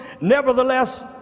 nevertheless